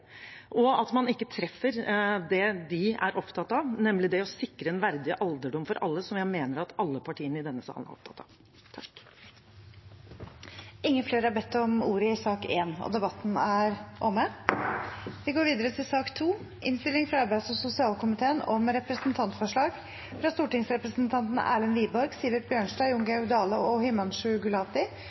og at man ikke treffer det de er opptatt av, nemlig det å sikre en verdig alderdom for alle, som jeg mener at alle partiene i denne salen er opptatt av. Flere har ikke bedt om ordet til sak nr. 1. Etter ønske fra arbeids- og sosialkomiteen vil presidenten ordne debatten slik: 3 minutter til